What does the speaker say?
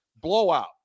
Blowout